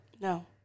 No